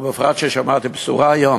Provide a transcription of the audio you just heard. ובפרט ששמעתי בשורה היום,